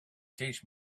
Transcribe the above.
teach